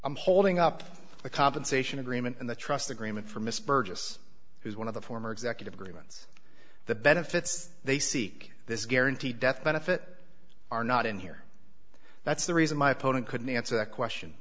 i'm holding up the compensation agreement and the trust agreement from miss birdseye who's one of the former executive agreements the benefits they seek this guarantee death benefit are not in here that's the reason my opponent couldn't answer that question